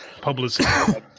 publicity